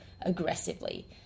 aggressively